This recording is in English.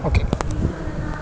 okay